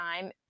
time